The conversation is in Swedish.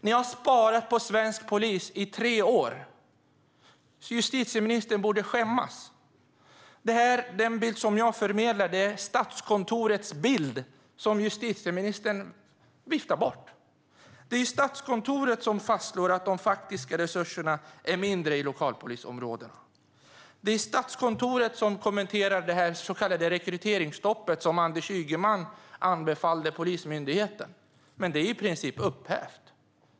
Ni har sparat på svensk polis i tre år, så justitieministern borde skämmas. Den bild som jag förmedlar är Statskontorets bild, och den viftar justitieministern bort. Det är Statskontoret som fastslår att de faktiska resurserna är mindre i lokalpolisområdena. Det är Statskontoret som kommenterar det så kallade rekryteringsstoppet som Anders Ygeman anbefallde Polismyndigheten. Men det är i princip upphävt.